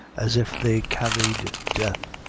as if they carried death,